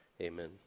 amen